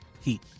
Heat